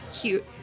cute